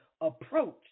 approach